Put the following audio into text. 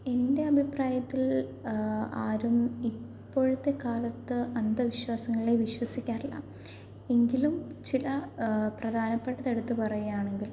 എൻ്റെ അഭിപ്രായത്തിൽ ആരും ഇപ്പോഴത്തെ കാലത്ത് അന്ധവിശ്വാസങ്ങളെ വിശ്വസിക്കാറില്ല എങ്കിലും ചില പ്രധാനപ്പെട്ടത് എടുത്തു പറയുകയാണെങ്കിൽ